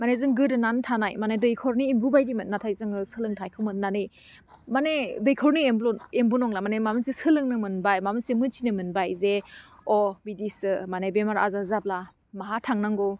माने जों गोदोनानै थानाय माने दैखरनि एम्बु बायदि मोन नाथाय जोङो सोलोंथाइखौ मोन्नानै माने दैखरनि एम्ब्लुल' नङाअम्बु नंला माने माबा मोनसे सोलोंनो मोनबाय माबा मोनसे मोन्थिनो मोनबाय जे अह बिदिसो मोने बेमार आजार जाब्ला माहा थांनांगौ